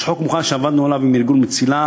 יש חוק מוכן שעבדנו עליו עם ארגון מציל"ה,